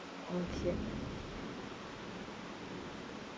okay